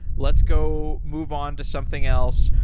let's go move on to something else.